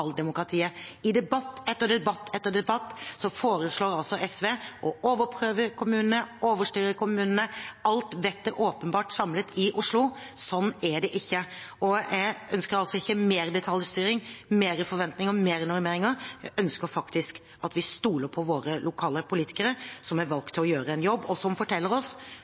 I debatt etter debatt foreslår SV å overprøve kommunene, overstyre kommunene – alt vett er åpenbart samlet i Oslo. Sånn er det ikke. Jeg ønsker altså ikke mer detaljstyring, mer forventning, mer normering. Jeg ønsker faktisk at vi stoler på våre lokale politikere, som er valgt til å gjøre en jobb, og som forteller oss